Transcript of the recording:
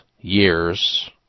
years